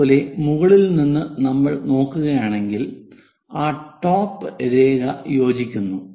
അതുപോലെ മുകളിൽ നിന്ന് നമ്മൾ നോക്കുകയാണെങ്കിൽ ആ ടോപ്പ് രേഖ യോജിക്കുന്നു